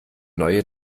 neue